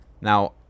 Now